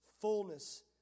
fullness